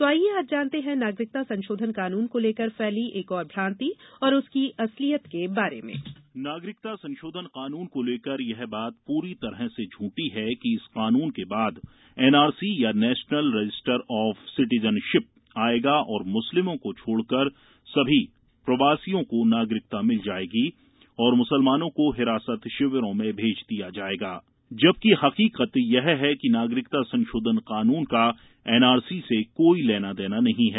तो आईये आज जानते हैं नागरिकता संशोधन कानून को लेकर फैली एक और भ्रान्ति और उसकी असलियत के बारे में नागरिकता संशोधन कानून को लेकर यह बात पूरी तरह से झूठी है कि इस कानून के बाद एनआरसी या नेशनल रजिस्टर आफ सिटिजनशिप आएगा और मुस्लिमों को छोड़कर सभी प्रवासियों को नागरिकता भिल जाएगी और मुसलमानों को हिरासत शिविरों में भेज दिया जाएगा जबकि हक़ीकत यह है कि नागरिकता संशोधन कानून का एनआरसी से कोई लेना देना नहीं है